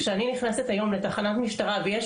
כשאני נכנסת היום לתחנת משטרה ויש